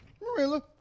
Marilla